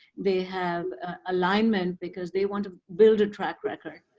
they have alignment because they want to build a track record.